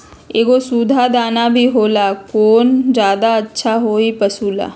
एगो सुधा दाना भी होला कौन ज्यादा अच्छा होई पशु ला?